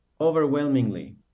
overwhelmingly